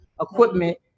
equipment